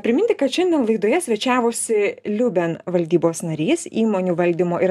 priminti kad šiandien laidoje svečiavosi liuben valdybos narys įmonių valdymo ir